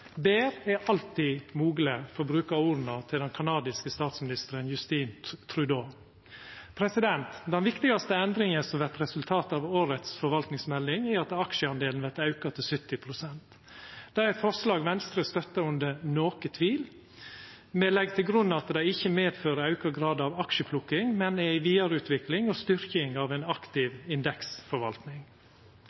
er alltid mogleg, for å bruka orda til den kanadiske statsministeren, Justin Trudeau. Den viktigaste endringa som vert resultatet av årets forvaltingsmelding, er at aksjedelen vert auka til 70 pst. Det er eit forslag Venstre støttar under noko tvil. Me legg til grunn at det ikkje fører med seg auka grad av aksjeplukking, men ei vidareutvikling og styrking av ei aktiv